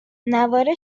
نوار